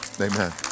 Amen